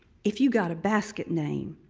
if you got a basket name,